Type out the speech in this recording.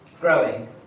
growing